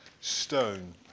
stone